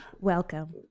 welcome